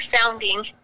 sounding